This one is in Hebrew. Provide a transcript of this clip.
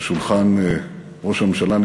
בשולחן ראש הממשלה.